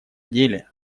деле